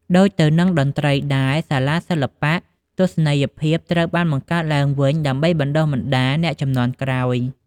ដូចទៅនឹងតន្ត្រីដែរ សាលាសិល្បៈទស្សនីយភាពត្រូវបានបង្កើតឡើងវិញដើម្បីបណ្តុះបណ្តាលអ្នកជំនាន់ក្រោយ។